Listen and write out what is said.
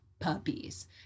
puppies